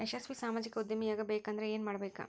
ಯಶಸ್ವಿ ಸಾಮಾಜಿಕ ಉದ್ಯಮಿಯಾಗಬೇಕಂದ್ರ ಏನ್ ಮಾಡ್ಬೇಕ